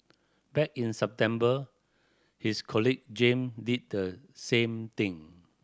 back in September his colleague Jame did the same thing